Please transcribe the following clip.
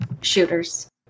shooters